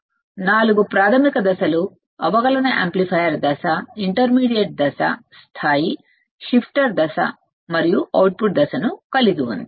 అంటే నాలుగు ప్రాథమిక దశలు అవకలన యాంప్లిఫైయర్ దశ ఇంటర్మీడియట్ దశ లెవెల్ షిఫ్టర్ దశ మరియు అవుట్పుట్ దశ ను కలిగి ఉంది